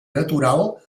natural